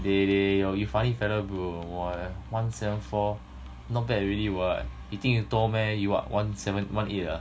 dey dey you're you funny fella bro !wah! one seven four not bad already what you think you tall meh you what one seven one eight ah